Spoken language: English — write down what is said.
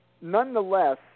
Nonetheless